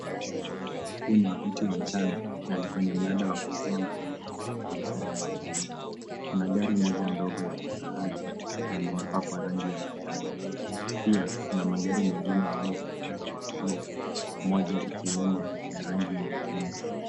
Huu ni wakati wa mchana, na ni kwenye mnada wa kuuzia magari ambapo biashara inaendelea. Kuna gari moja ndogo la kifahari, na limepakwa rangi ya manjano. Pia, kuna magari mengine yaliyozingira gari hili, moja ikiwemo ya rangi nyekundu.